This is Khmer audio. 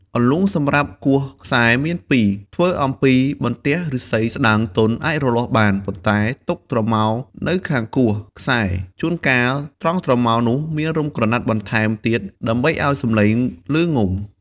អន្លូងសំរាប់គោះខ្សែមាន២ ធ្វើអំពីបន្ទះឫស្សីស្ដើងទន់អាចរលាស់បាន ប៉ុន្ដែទុកត្រមោងនៅខាងគោះខ្សែ ជួនកាលត្រង់ត្រមោងនោះមានរុំក្រណាត់បន្ថែមទៀតដើម្បីឲ្យសំឡេងឮងំ។